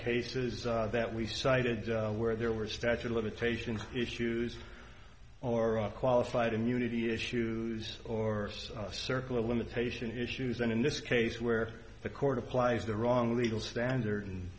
cases that we cited where there were statute of limitations issues or are qualified immunity issues or circle of limitation issues and in this case where the court applies the wrong legal standard and